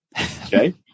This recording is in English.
okay